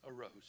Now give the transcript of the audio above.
arose